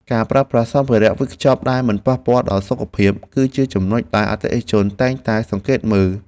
ការប្រើប្រាស់សម្ភារៈវេចខ្ចប់ដែលមិនប៉ះពាល់ដល់សុខភាព គឺជាចំណុចដែលអតិថិជនតែងតែសង្កេតមើល។